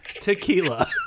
Tequila